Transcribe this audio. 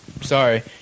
sorry